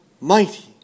mighty